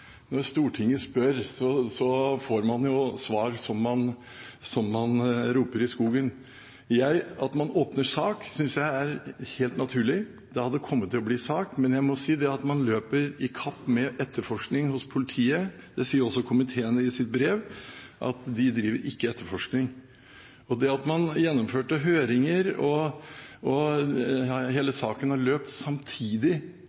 når Stortinget spør, får man jo svar som man roper i skogen. At man åpner sak, synes jeg er helt naturlig – det hadde kommet til å bli sak – men jeg må si at man løper om kapp med etterforskningen hos politiet. Det sier jo også komiteen i sitt brev: at de driver ikke etterforskning. Det at man gjennomførte høringer, og